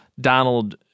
Donald